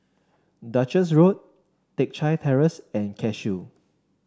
Duchess Road Teck Chye Terrace and Cashew